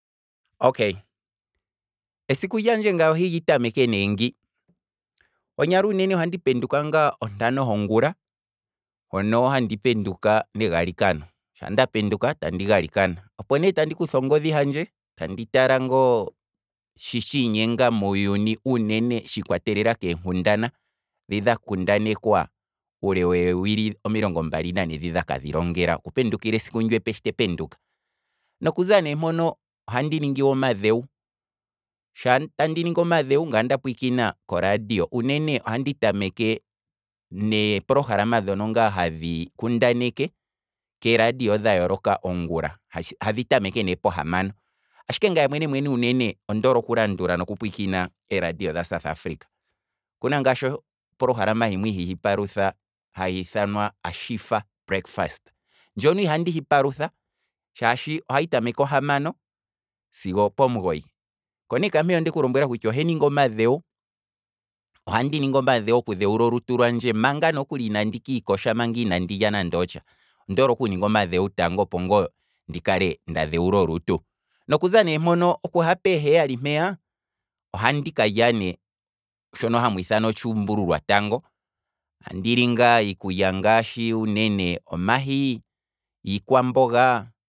Okay, esiku lyandje ngaye ohandi lyi tameke nee ngi, konyala uunene ohandi penduka ngaa ontano hongula mono handi penduka negalikano, shaa ndapenduka tandi galika, opo ne tandi kutha ongodhi handje, tandi tala nga shi tshiinyenga muuyuni, uunene tshi kwatelela keenkundana dhi dha kundanekwa uule wee wili omilongo mbali nane dhi dhaka dhilongela oku pendukila esiku epe ndoka te penduka, nokuza ne mpono ohandi ningi omadhewo, sha andi ningi omadhewo ngaye onda pwiikina koradio, unene ohandi tameke ne program dhono nga hadhi kundaneke keradio dha yolooka ongula hadhi tameke ne pohamano, ashike ngaye uunene nene ondi hole okulandula noku peiikina ee radio dha south africa, okuna ngashi oprogram himwe ihandi hi palutha, hahi ithanwa ashifa breakfast, ndjono ihandi hipalutha shaashi ohahi tameke ohamano sigo opomugoyi, koneka mpeya ondeku lombwela kutya ohandi ningi omadhewo, ohandi ningi omadhewo oku dhewula olutu lwandje manga nokuli inandi kiikosha manga indilya nande otsha ondoole oku ninga omadhewo tango opo ngaa ndikale nda dhewula olutu, nokuza ne mpono okuha peeheyali mpeya ohandi kalya ne shono hamwiithana otshuumbululwa tango, andili ngaa ikulya ngaashi; unene omahi, iikwamboga